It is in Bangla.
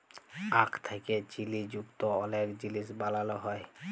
আখ থ্যাকে চিলি যুক্ত অলেক জিলিস বালালো হ্যয়